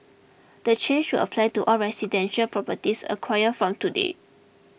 the change will apply to all residential properties acquired from today